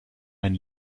ein